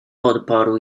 odparł